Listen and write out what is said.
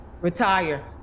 Retire